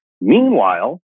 Meanwhile